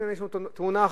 הנה, יש לנו התאונה האחרונה,